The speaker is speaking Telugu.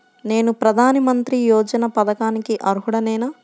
నేను ప్రధాని మంత్రి యోజన పథకానికి అర్హుడ నేన?